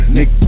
Nick